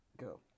Go